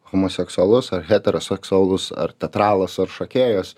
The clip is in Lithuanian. homoseksualus ar heteroseksualus ar teatralas ar šokėjas